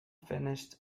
finished